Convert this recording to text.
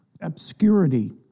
obscurity